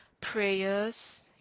prayers